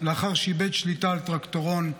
לאחר שאיבד שליטה על טרקטורון.